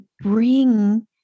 bring